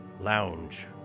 Lounge